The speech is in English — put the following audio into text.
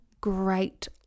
great